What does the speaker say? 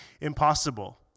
impossible